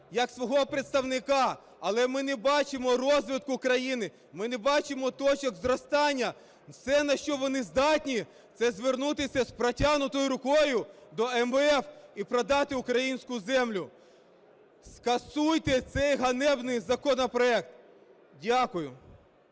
як свого представника, але ми не бачимо розвитку країни, ми не бачимо точок зростання. Все, на що вони здатні, це звернутися з протягнутою рукою до МВФ і продати українську землю. Скасуйте цей ганебний законопроект. Дякую.